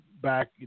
back